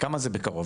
מתי זה בקרוב?